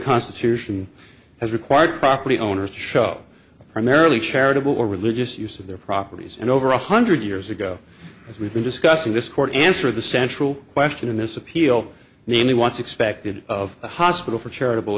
constitution has required property owners to show primarily charitable or religious use of their properties and over one hundred years ago as we've been discussing this court answer the central question in this appeal namely what's expected of a hospital for charitable